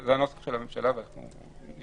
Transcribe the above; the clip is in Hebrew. זה הנוסח של הממשלה, היא מתנגדת.